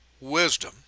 wisdom